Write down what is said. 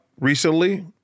recently